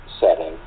setting